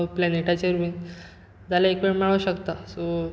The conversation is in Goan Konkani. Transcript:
प्लेनेटाचेर बीन जाल्यार एकवेळ मेळो शकता सो